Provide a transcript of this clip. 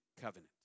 covenant